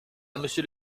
monsieur